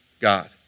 God